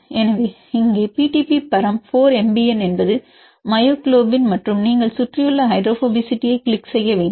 எனவே இங்கே பிடிபி பரம் 4 MBN என்பது மயோகுளோபின் மற்றும் நீங்கள் சுற்றியுள்ள ஹைட்ரோபோபசிட்டியைக் கிளிக் செய்ய வேண்டும்